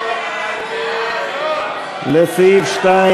סעיף 2,